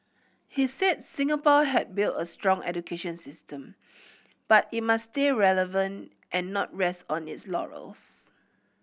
he said Singapore had built a strong education system but it must stay relevant and not rest on its laurels